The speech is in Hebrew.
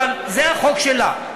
אבל זה החוק שלה.